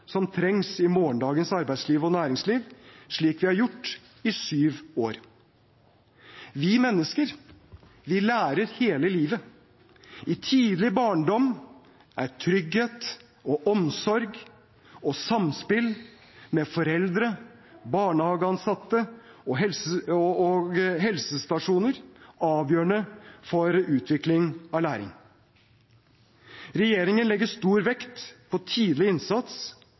som trengs i morgendagens arbeidsliv og næringsliv, slik vi har gjort i syv år. Vi mennesker lærer hele livet. I tidlig barndom er trygghet, omsorg og samspill med foreldre, barnehageansatte og helsestasjoner avgjørende for utvikling og læring. Regjeringen legger stor vekt på tidlig innsats